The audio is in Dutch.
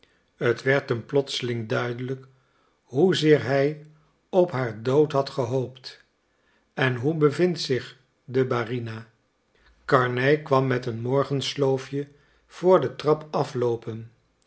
het werd hem plotseling duidelijk hoezeer hij op haar dood had gehoopt en hoe bevindt zich de barina karnej kwam met een morgensloofje voor de trap afloopen